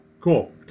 Cool